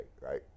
right